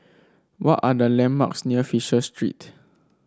what are the landmarks near Fisher Street